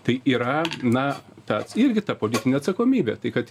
tai yra na tas irgi ta politinė atsakomybė tai kad